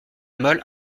mole